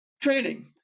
training